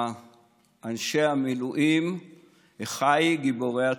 לאנשי המילואים אחיי גיבורי התהילה.